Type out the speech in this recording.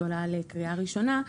שהועלה לקריאה ראשונה,